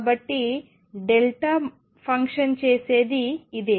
కాబట్టి delta function చేసేది ఇదే